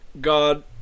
God